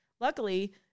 Luckily